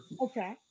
Okay